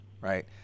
right